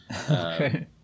Okay